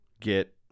get